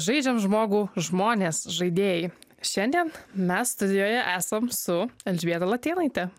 žaidžiam žmogų žmonės žaidėjai šiandien mes studijoje esam su elžbieta latėnaite